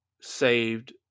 saved